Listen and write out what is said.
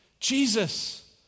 Jesus